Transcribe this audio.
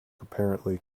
apparently